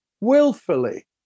willfully